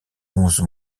onze